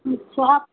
बहुत